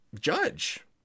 judge